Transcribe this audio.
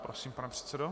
Prosím, pane předsedo.